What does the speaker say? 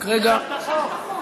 הוא משך את החוק.